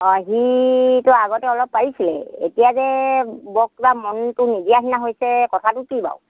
অঁ সিতো আগতে অলপ পাৰিছিলেই এতিয়া যে বৰ কিবা মনটো নিদিয়া নিচিনা হৈছে কথাটো কি বাৰু